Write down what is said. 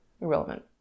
Irrelevant